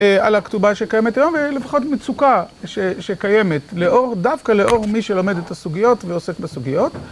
על הכתובה שקיימת היום, ולפחות מצוקה שקיימת לאור, דווקא לאור מי שלומד את הסוגיות ועוסק בסוגיות.